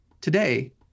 Today